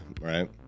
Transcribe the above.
Right